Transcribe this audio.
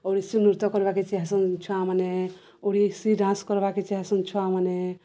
ଓଡ଼ିଶୀ ନୃତ୍ୟ କର୍ବାକେ ଚାହେସନ୍ ଛୁଆମାନେ ଓଡ଼ିଶୀ ଡାନ୍ସ କର୍ବାକେ ଚାହେସନ୍ ଛୁଆମାନେ